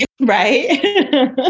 right